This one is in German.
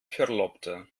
verlobter